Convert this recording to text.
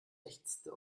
ächzte